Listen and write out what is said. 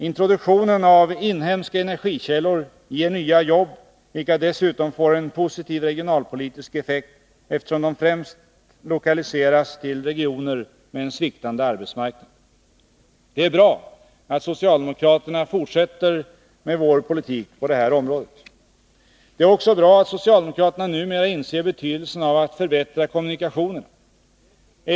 Introduktionen av inhemska energikällor ger nya jobb, vilka dessutom får en positiv regionalpolitisk effekt eftersom de främst lokaliseras till regioner med en sviktande arbetsmarknad. Det är bra att socialdemokraterna fortsätter med vår politik på detta område. Det är också bra att socialdemokraterna numera inser betydelsen av att förbättra kommunikationerna.